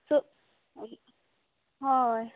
so हय